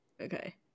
Okay